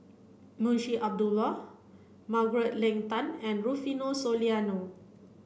Munshi Abdullah Margaret Leng Tan and Rufino Soliano